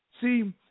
See